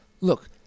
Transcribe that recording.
Look